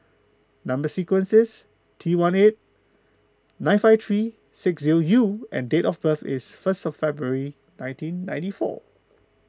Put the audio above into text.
Number Sequence is T one eight nine five three six zero U and date of birth is first February nineteen ninety four